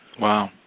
Wow